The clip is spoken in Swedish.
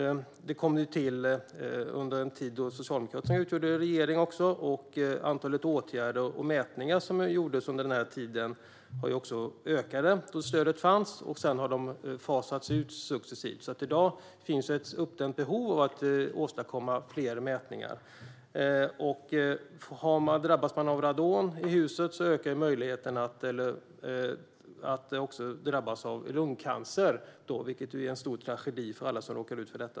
Det kom till under en tid då Socialdemokraterna utgjorde regering, och antalet åtgärder och mätningar som gjordes ökade under den tid då stödet fanns. Sedan har de successivt fasats ut. I dag finns ett uppdämt behov av fler mätningar. Drabbas man av radon i huset ökar risken att drabbas av lungcancer, vilket är en stor tragedi för alla som råkar ut för det.